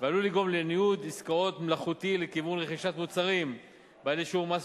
ועלולה לגרום לניוד עסקאות מלאכותי לכיוון רכישת מוצרים בעלי שיעורי מס